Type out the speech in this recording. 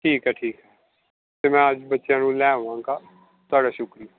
ਠੀਕ ਹੈ ਠੀਕ ਅਤੇ ਮੈਂ ਅੱਜ ਬੱਚਿਆਂ ਨੂੰ ਲੈ ਆਵਾਂਗਾ ਤੁਹਾਡਾ ਸ਼ੁਕਰੀਆ